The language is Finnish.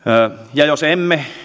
ja jos emme